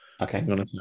okay